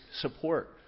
support